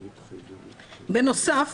בנוסף,